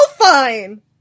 fine